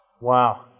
Wow